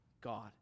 God